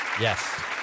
Yes